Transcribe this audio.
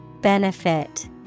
Benefit